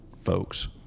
folks